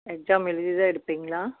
exam எழுதி தான் எடுப்பிங்களா